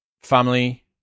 Family